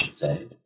say